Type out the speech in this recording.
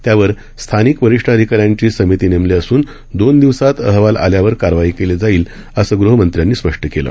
त्यावर स्थानिक वरिष्ठ अधिकाऱ्यांची समिती नेमली असून दोन दिवसात अहवाल आल्यावर कारवाई केली जाईल असं गृहमंत्र्यांनी स्पष्ट केलं